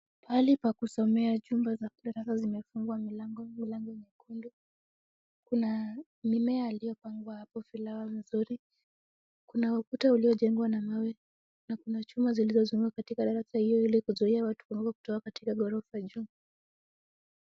Pahali pa kusomea chumba za darasa zimefungwa milango, milango nyekundu, kuna mimea yaliopangwa hapo flower nzuri, kuna ukuta uliojengwa na mawe, na kuna chuma zilizozunguka darasa hilo ili kuzuia watu kuanguka kutoka katika ghorofa juu.